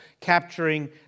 capturing